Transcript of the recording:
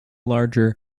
larger